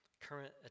current